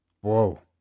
whoa